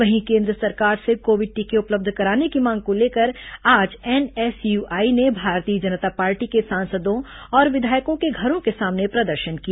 वहीं केन्द्र सरकार से कोविड टीके उपलब्ध कराने की मांग को लेकर आज एनएसयूआई ने भारतीय जनता पार्टी के सांसदों और विधायकों के घरों के सामने प्रदर्शन किया